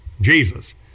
Jesus